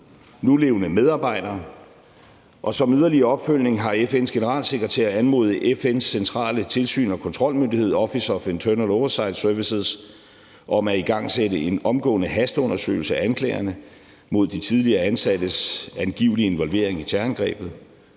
nulevende medarbejdere, og som yderligere opfølgning har FN's generalsekretær anmodet FN's centrale tilsyn og kontrolmyndighed, Office of Internal Oversight Services, om at igangsætte en omgående hasteundersøgelse af anklagerne mod de tidligere ansattes angivelige involvering i terrorangrebet.